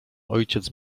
ojciec